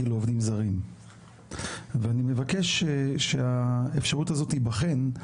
לעובדים זרים ואני מבקש שהאפשרות הזאת תיבחן,